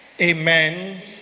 Amen